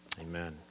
Amen